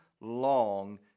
long